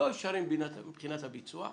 לא אפשרי מבחינת הביצוע.